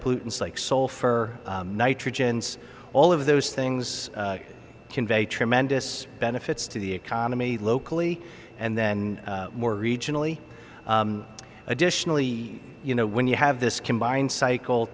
pollutants like soul for nitrogen all of those things convey tremendous benefits to the economy locally and then more regionally additionally you know when you have this combined cycle